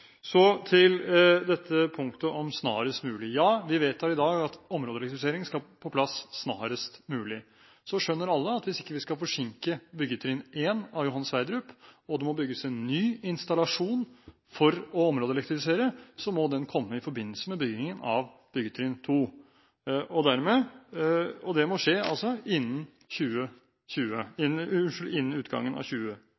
så godt den kan for å gjøre noe med saken. Så til punktet «snarest mulig». Vi vedtar i dag at områdeelektrifisering skal på plass snarest mulig. Alle skjønner at hvis vi ikke skal forsinke byggetrinn 1 på Johan Sverdrup-feltet, og det må bygges en ny installasjon for å områdeelektrifisere, må den komme i forbindelse med byggetrinn 2. Og det må altså skje innen